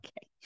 Okay